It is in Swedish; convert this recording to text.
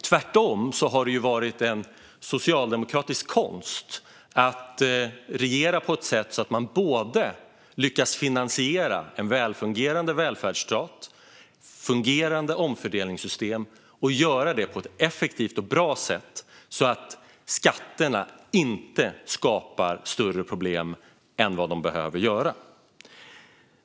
Tvärtom har det varit en socialdemokratisk konst att regera på ett sådant sätt att man lyckas finansiera en välfungerande välfärdsstat och fungerande omfördelningssystem och göra det på ett effektivt och bra sätt så att skatterna inte skapar större problem än de behöver göra.